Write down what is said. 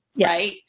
right